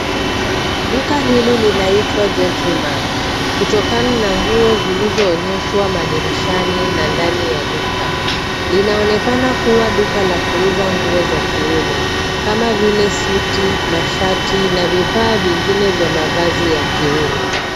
Duka hili linaitwa gentleman kutokana na nguo zilizoonyeshwa madirishani na ndani ya duka. Linaonekana kuwa duka la kuuza nguo za kiume kama vile suti , mashati na vifaa vingine vya mavazi ya kiume.